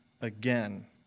again